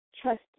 trust